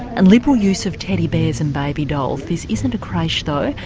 and liberal use of teddy bears and baby dolls. this isn't a creche though,